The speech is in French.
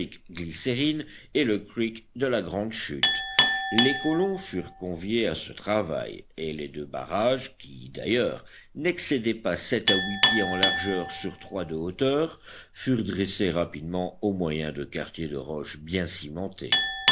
creek glycérine et le creek de la grande chute les colons furent conviés à ce travail et les deux barrages qui d'ailleurs n'excédaient pas sept à huit pieds en largeur sur trois de hauteur furent dressés rapidement au moyen de quartiers de roches bien cimentés